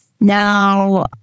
now